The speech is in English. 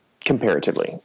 comparatively